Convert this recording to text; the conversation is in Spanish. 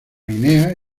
guinea